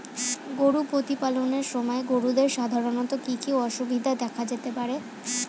গরু প্রতিপালনের সময় গরুদের সাধারণত কি কি অসুবিধা দেখা দিতে পারে?